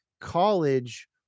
college